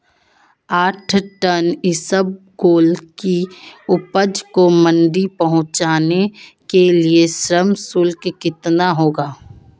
आठ टन इसबगोल की उपज को मंडी पहुंचाने के लिए श्रम शुल्क कितना होगा?